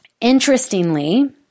interestingly